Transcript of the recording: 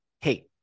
Hey